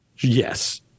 yes